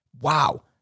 Wow